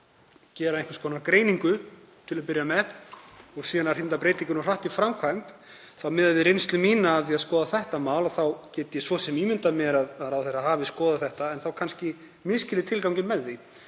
að gera einhvers konar greiningu til að byrja með og hrinda síðan breytingunni hratt í framkvæmd, og miðað við reynslu mína af því að skoða þetta mál þá get ég svo sem ímyndað mér að ráðherra hafi skoðað þetta, en þá kannski misskilið tilganginn með því